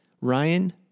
Ryan